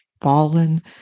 fallen